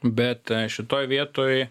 bet šitoj vietoj